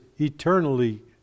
eternally